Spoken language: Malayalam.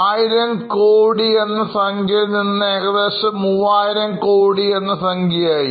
1000 crore എന്ന സംഖ്യയിൽ നിന്ന് ഏകദേശം 3000 കോടി എന്ന സംഖ്യയായി